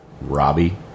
Robbie